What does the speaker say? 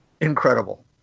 incredible